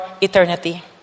eternity